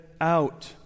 out